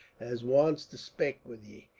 as wants to spake wid ye.